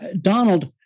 Donald